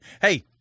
Hey